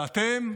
ואתם,